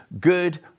good